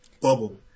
bubble